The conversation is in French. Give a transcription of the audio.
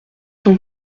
ton